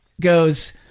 goes